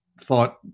thought